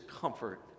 comfort